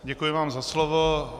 Děkuji vám za slovo.